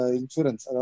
insurance